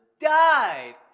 DIED